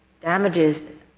damages